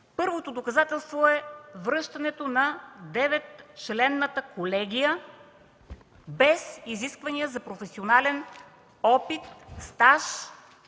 Първото доказателство е връщането на деветчленната колегия без изисквания за професионален опит и стаж в